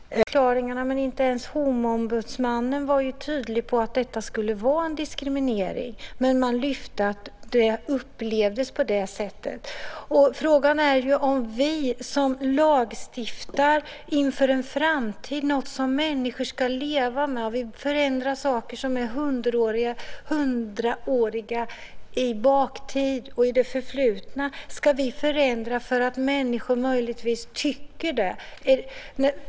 Fru talman! Man kan naturligtvis se de här förklaringarna, men inte ens Homoombudsmannen uttalade tydligt att det skulle vara en diskriminering. Det upplevdes på det sättet. Frågan är om vi, som lagstiftar inför en framtid om något som människor ska leva med, ska förändra saker som är hundraåriga därför att människor möjligtvis tycker det.